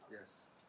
Yes